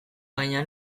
baina